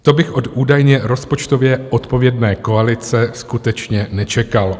To bych od údajně rozpočtově odpovědné koalice skutečně nečekal.